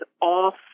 off